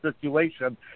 situation